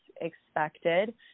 expected